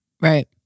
Right